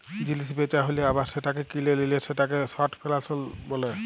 জিলিস বেচা হ্যালে আবার সেটাকে কিলে লিলে সেটাকে শর্ট ফেলালস বিলে